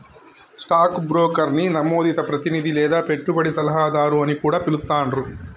stock బ్రోకర్ని నమోదిత ప్రతినిధి లేదా పెట్టుబడి సలహాదారు అని కూడా పిలుత్తాండ్రు